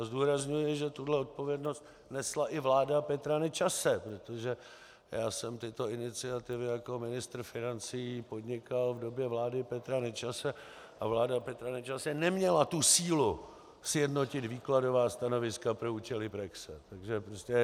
Zdůrazňuji, že tuto odpovědnost nesla i vláda Petra Nečase, protože já jsem tyto iniciativy jako ministr financí podnikal v době vlády Petra Nečase a vláda Petra Nečase neměla sílu sjednotit výkladová stanoviska pro účely praxe.